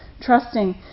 trusting